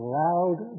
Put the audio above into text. loud